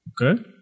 Okay